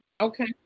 Okay